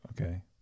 Okay